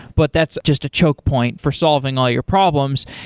but that's just a choke point for solving all your problems.